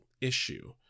issue